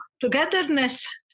togetherness